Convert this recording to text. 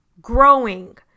growing